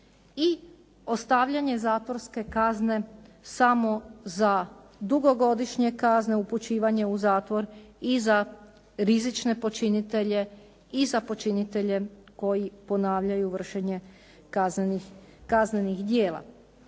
i ostavljanje zatvorske kazne samo za dugogodišnje kazne, upućivanje u zatvor i za rizične počinitelje i za počinitelje koji ponavljaju vršenje kaznenih djela.